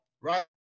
right